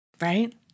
Right